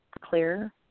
clear